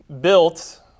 built